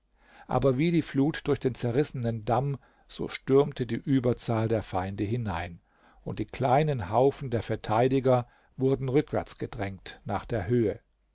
aber wie die flut durch den zerrissenen damm so stürmte die überzahl der feinde hinein und die kleinen haufen der verteidiger wurden rückwärts gedrängt nach der höhe